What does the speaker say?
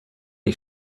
ich